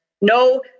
No